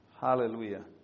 Hallelujah